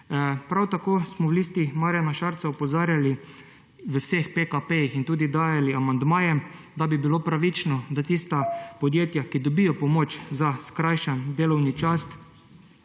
Prav tako smo v Listi Marjana Šarca opozarjali v vseh PKP-jih in tudi dajali amandmaje, da bi bilo pravično, da tista podjetja, ki dobijo pomoč za skrajšan delovni čas,